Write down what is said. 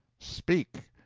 speak!